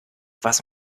was